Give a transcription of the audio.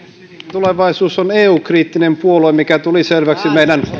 tulevaisuus on eu kriittinen puolue mikä tuli selväksi meidän